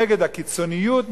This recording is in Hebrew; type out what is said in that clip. נגד הקיצוניות,